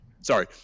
Sorry